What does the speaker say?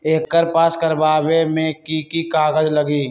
एकर पास करवावे मे की की कागज लगी?